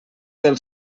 del